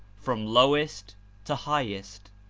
from lowest to highest.